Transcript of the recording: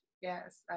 Yes